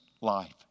life